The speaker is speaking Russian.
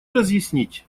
разъяснить